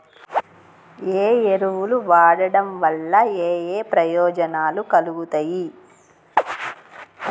ఏ ఎరువులు వాడటం వల్ల ఏయే ప్రయోజనాలు కలుగుతయి?